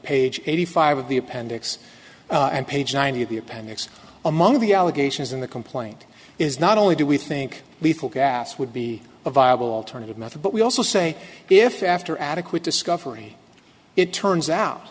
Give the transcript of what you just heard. page eighty five of the appendix and page ninety of the appendix among the allegations in the complaint is not only do we think lethal gas would be a viable alternative method but we also say if after adequate discovery it turns out